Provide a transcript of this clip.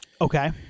Okay